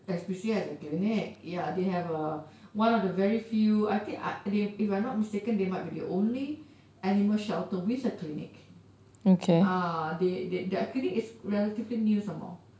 S_P_C_A has a clinic ya they have a one of the very few I think if I'm not mistaken they might be the only animal shelter with a clinic ah they their clinic is relatively new some more